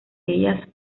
ellas